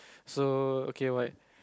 so okay what